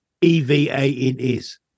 E-V-A-N-S